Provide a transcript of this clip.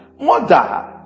Mother